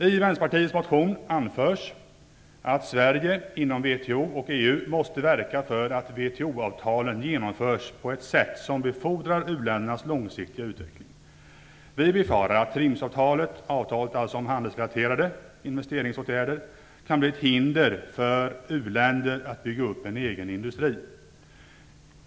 I Vänsterpartiets motion anförs att Sverige inom WTO och EU måste verka för att WTO-avtalen genomförs på ett sätt som befordrar u-ländernas långsiktiga utveckling. Vi befarar att TRIMs-avtalet, dvs. avtalet om handelsrelaterade investeringsåtgärder, kan bli ett hinder för u-länderna att bygga upp en egen industri.